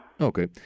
Okay